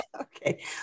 Okay